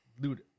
dude